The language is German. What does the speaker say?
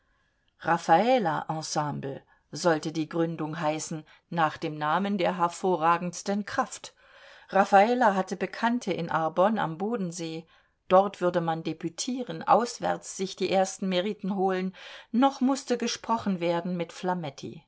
raffala ensemble sollte die gründung heißen nach dem namen der hervorragendsten kraft raffala hatte bekannte in arbon am bodensee dort würde man debütieren auswärts sich die ersten meriten holen noch mußte gesprochen werden mit